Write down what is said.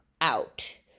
out